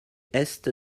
est